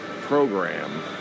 program